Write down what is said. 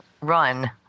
Run